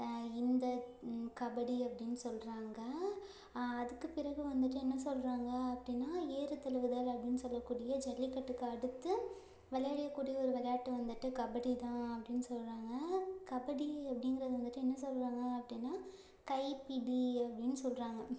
இந்த கபடி அப்படின்னு சொல்கிறாங்க அதுக்குப் பிறகு வந்துட்டு என்ன சொல்கிறாங்க அப்படினா ஏறுதழுவுதல் அப்படினு சொல்லக்கூடிய ஜல்லிக்கட்டுக்கு அடுத்து விளையாடக்கூடிய ஒரு விளையாட்டு வந்துட்டு கபடிதான் அப்படினு சொல்கிறாங்க கபடி அப்படிங்கிறது வந்துட்டு என்ன சொல்கிறாங்க அப்படினா கைப்பிடி அப்படினு சொல்கிறாங்க